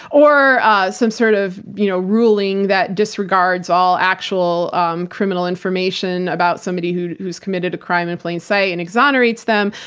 or ah some sort of you know ruling that disregards all actual um criminal information about somebody who has committed a crime in plain sight, and exonerates them,